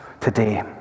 today